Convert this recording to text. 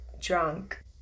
drunk